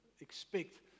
expect